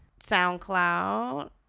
soundcloud